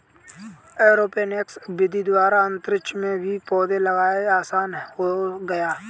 aeroponics विधि द्वारा अंतरिक्ष में भी पौधे लगाना आसान हो गया है